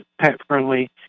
pet-friendly